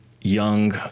young